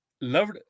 loved